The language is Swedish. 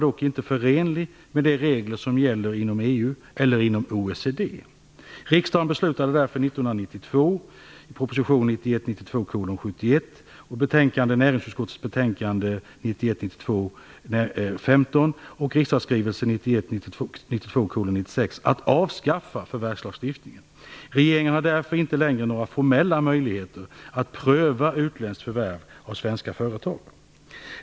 1991 92:96) att avskaffa förvärvslagstiftningen. Regeringen har därför inte längre några formella möjligheter att pröva utländska förvärv av svenska företag.